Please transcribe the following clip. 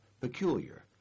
peculiar